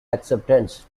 acceptance